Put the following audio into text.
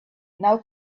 now